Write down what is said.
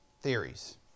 Theories